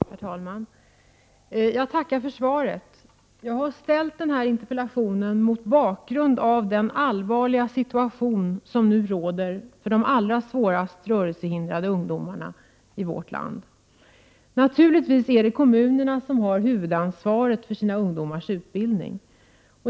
Herr talman! Jag tackar för svaret. Jag har framställt denna interpellation mot bakgrund av den allvarliga situation som nu råder för de allra svårast rörelsehindrade ungdomarna i vårt land. Naturligtvis är det kommunerna som har huvudansvaret för sina ungdomars utbildning.